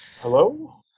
Hello